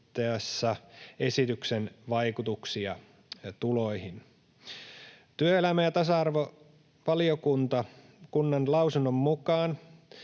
esityksen vaikutuksia tuloihin. Työelämä- ja tasa-arvovaliokunnan lausunnon mukaan